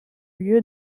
lieu